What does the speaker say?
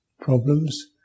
problems